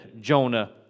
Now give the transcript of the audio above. Jonah